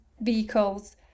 vehicles